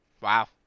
Wow